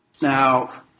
Now